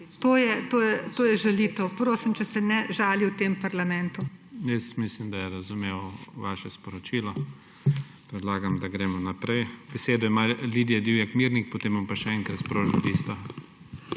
To je žalitev. Prosim, če se ne žali v tem parlamentu. **PREDSEDNIK IGOR ZORČIČ:** Jaz mislim, da je razumel vaše sporočilo. Predlagam, da gremo naprej. Besedo ima Lidija Divjak Mirnik, potem bom pa še enkrat sprožil listo.